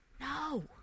No